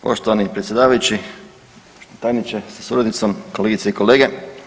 Poštovani predsjedavajući, tajniče sa suradnicom, kolegice i kolege.